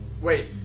Wait